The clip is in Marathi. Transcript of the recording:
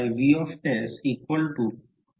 F2 पाहू शकतो